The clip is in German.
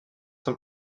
zum